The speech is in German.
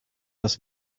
das